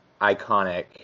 iconic